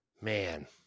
Man